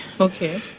Okay